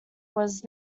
was